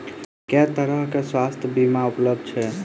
केँ तरहक स्वास्थ्य बीमा उपलब्ध छैक?